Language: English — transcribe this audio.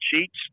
sheets